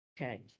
Okay